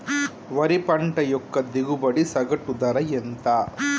వరి పంట యొక్క దిగుబడి సగటు ధర ఎంత?